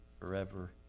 forever